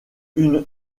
une